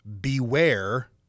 beware